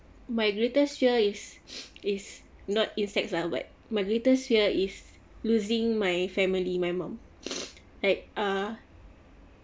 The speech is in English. my greatest fear is is not insects ah but my greatest fear is losing my family my mom at uh